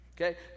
Okay